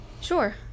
sure